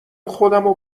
خودمو